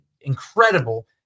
incredible